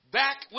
back